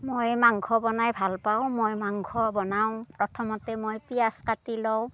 মই মাংস বনাই ভাল পাওঁ মই মাংস বনাওঁ প্ৰথমতে মই পিয়াজ কাটি লওঁ